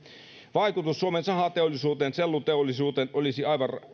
vaikutus suomen sahateollisuuteen ja selluteollisuuteen olisi aivan